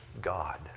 God